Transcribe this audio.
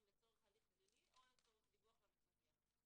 לצורך הליך פלילי או לצורך דיווח למפקח".